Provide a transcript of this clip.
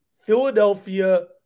Philadelphia